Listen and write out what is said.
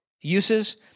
uses